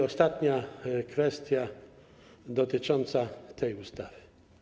Ostatnia kwestia dotycząca tej ustawy.